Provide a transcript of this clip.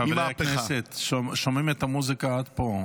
חברי הכנסת, שומעים את המוסיקה עד פה.